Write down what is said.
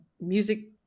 music